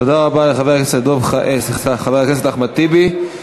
תודה רבה לחבר הכנסת אחמד טיבי.